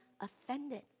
offended